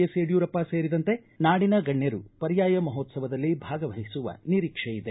S Yediyurappa ಸೇರಿದಂತೆ ನಾಡಿನ ಗಣ್ಯರು ಪರ್ಯಾಯ ಮಹೋತ್ಸವದಲ್ಲಿ ಭಾಗವಹಿಸುವ ನಿರೀಕ್ಷೆಯಿದೆ